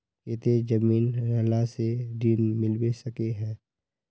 केते जमीन रहला से ऋण मिलबे सके है?